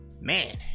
man